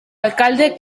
alcalde